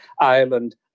Ireland